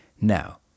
Now